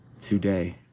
today